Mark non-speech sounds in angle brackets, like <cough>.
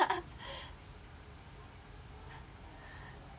<laughs>